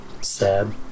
Sad